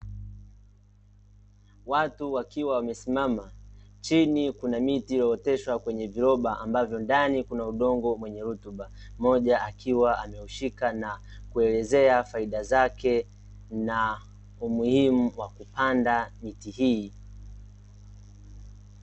Watu wakiwa wamesimama, chini kuna miti iliyooteshwa kwenye viroba ambavyo ndani kuna udongo wenye rotuba; mmoja akiwa ameushika na kuelezea faida zake na umuhimu wa kupanda miti hii.